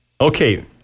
Okay